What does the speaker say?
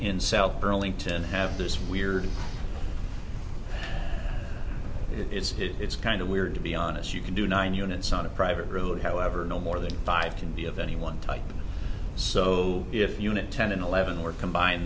in south burlington have this weird it's it's kind of weird to be honest you can do nine units on a private room however no more than five can be of any one type so if unit ten and eleven were combine